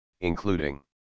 including